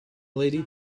lady